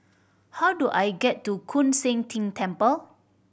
how do I get to Koon Seng Ting Temple